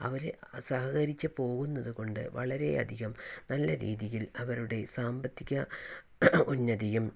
അവർ സഹകരിച്ച് പോകുന്നതുകൊണ്ട് വളരെ അധികം നല്ല രീതിയിൽ അവരുടെ സാമ്പത്തിക ഉന്നതിയും